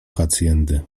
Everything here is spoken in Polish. hacjendy